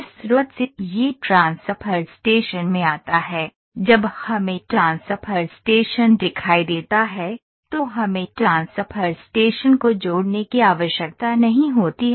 इस स्रोत से यह ट्रांसफर स्टेशन में आता है जब हमें ट्रांसफर स्टेशन दिखाई देता है तो हमें ट्रांसफर स्टेशन को जोड़ने की आवश्यकता नहीं होती है